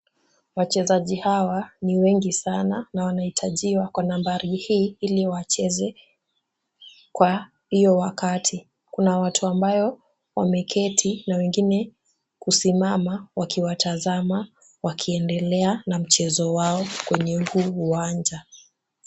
Wachezaji hawa ni wengi sana na wanahitajiwa kwa nambari hii ili wacheze kwa hiyo wakati. Kuna watu ambao wameketi na wengine kusimama wakiwatazama wakiendelea na mchezo wao kwenye huu uwanja.